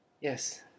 Yes